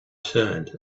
turned